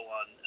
on